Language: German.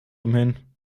umhin